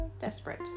desperate